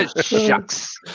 Shucks